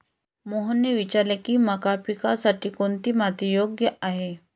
मोहनने विचारले की मका पिकासाठी कोणती माती योग्य आहे?